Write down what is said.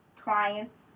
clients